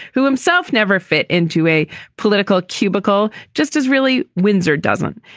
who himself never fit into a political cubicle, just as really windsor doesn't.